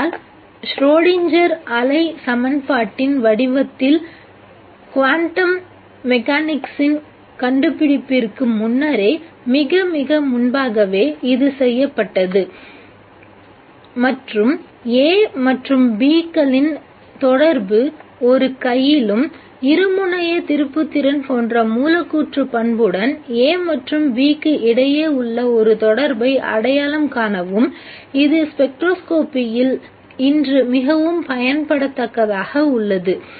ஆகையால் ஸ்ச்ரோடிங்கரின் அலை சமன்பாட்டின் வடிவத்தில் குவாண்டம் மெக்கானிக்ஸின் கண்டுபிடிப்பிற்கு முன்னரே மிக மிக முன்பாகவே இது செய்யப்பட்டது மற்றும் A மற்றும் B க்களின் தொடர்பு ஒரு கையிலும் இருமுனைய திருப்புத்திறன் போன்ற மூலக்கூற்று பண்புடன் A மற்றும் B க்கு இடையே உள்ள ஒரு தொடர்பை அடையாளம் காணவும் இது ஸ்பெக்ட்ரோஸ்கோப்பியில் இன்று மிகவும் பயன்படத்தக்கதாக உள்ளது